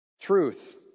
Truth